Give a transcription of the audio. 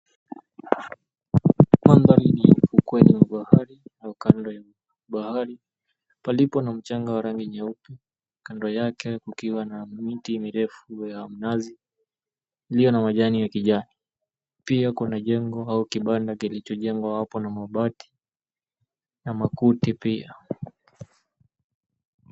Mandhari hii ni ufukweni mwa bahari au kando ya bahari palipo na mchanga wa rangi nyeupe, kando yake kukiwa na miti mirefu ya minazi iliyo na majani ya kijani. Pia kuna jengo au kibanda kilichojengwa hapo na mabati na makuti pia.